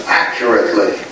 accurately